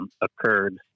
occurred